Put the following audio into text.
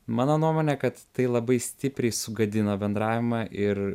mano nuomonė kad tai labai stipriai sugadino bendravimą ir